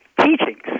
teachings